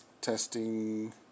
testing